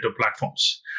platforms